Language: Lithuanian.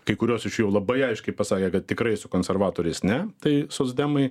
kai kurios iš jau labai aiškiai pasakė kad tikrai su konservatoriais ne tai socdemai